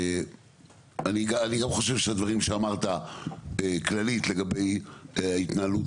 אני גם חושב שהדברים שאמרת כללית לגבי ההתנהלות